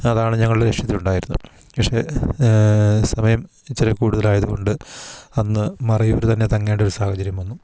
അതാണ് ഞങ്ങളുടെ ലക്ഷ്യത്തിലുണ്ടായിരുന്നത് പക്ഷേ സമയം ഇച്ചിരി കൂടുതലായത് കൊണ്ട് അന്ന് മറയൂർ തന്നെ തങ്ങേണ്ട ഒരു സാഹചര്യം വന്നു